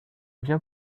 viens